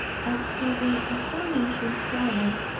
as for the aforementioned flower,